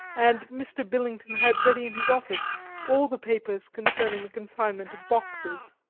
and mr. billington had ready in his office all the papers concerning the consignment of boxes.